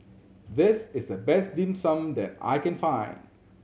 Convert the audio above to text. this is the best Dim Sum that I can find